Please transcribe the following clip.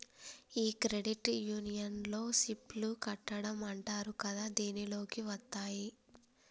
ఈ క్రెడిట్ యూనియన్లో సిప్ లు కట్టడం అంటారు కదా దీనిలోకి వత్తాయి